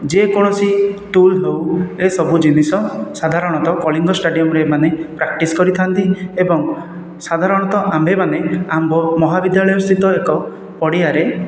ଯେକୌଣସି ଟୁଲ୍ ହେଉ ଏସବୁ ଜିନିଷ ସାଧାରଣତଃ କଳିଙ୍ଗ ଷ୍ଟାଡ଼ିୟମରେ ଏମାନେ ପ୍ରାକ୍ଟିସ କରିଥାନ୍ତି ଏବଂ ସାଧାରଣତଃ ଆମ୍ଭେମାନେ ଆମ୍ଭ ମହାବିଦ୍ୟାଳୟ ସ୍ଥିତ ଏକ ପଡ଼ିଆରେ